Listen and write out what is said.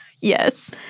Yes